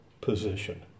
position